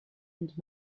and